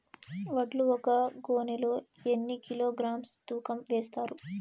వడ్లు ఒక గోనె లో ఎన్ని కిలోగ్రామ్స్ తూకం వేస్తారు?